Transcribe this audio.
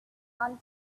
sun